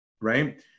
right